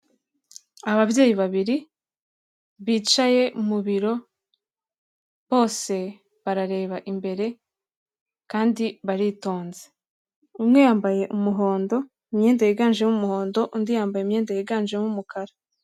Ababyeyi babiri bicaye mu biro bose barareba imbere kandi baritonze, umwe yambaye umuhondo imyenda yiganjemo umuhondo, undi yambaye imyenda yiganjemo umukara.